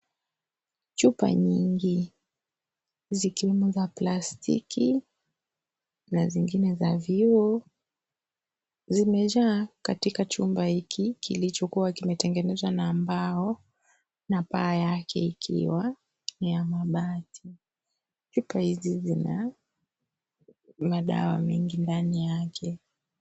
Chupa nyingi, zikiwa za plastiki na zingine za vyuma zimajaa katika chumba hiki kilichokuwa kimetengenezwa na mbao na paa yake ikiwa ni ya mabati . Chupa hizi zina madawa mengi ndani yake.